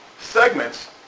segments